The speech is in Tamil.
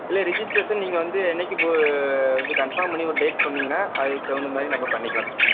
இல்லை ரிஜிஸ்ட்ரேஷன் நீங்கள் வந்து என்னைக்கு வந்து கன்ஃபார்ம் பண்ணி ஒரு டேட் சொன்னீங்கன்னா அதுக்கு தகுந்த மாதிரி நம்ப பண்ணிக்கலாம் சார்